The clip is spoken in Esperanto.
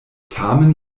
tamen